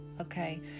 okay